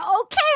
okay